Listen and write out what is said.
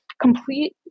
complete